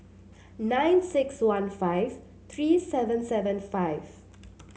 nine six one five three seven seven five